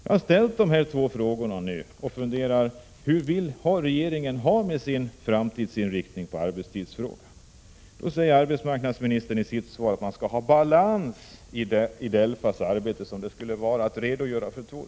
Jag har ställt två frågor och undrar: Hur vill regeringen ha det med framtidsinriktningen beträffande arbetstidsfrågan? Arbetsmarknadsministern säger i svaret att vi skall ha den balans i DELFA:s arbete som det innebär att belysa ett problem från olika sidor.